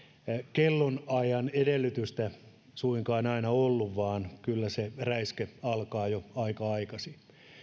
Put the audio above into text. kellonajan edellytystä suinkaan aina voinut vaatia vaan kyllä se räiske alkaisi jo aika aikaisin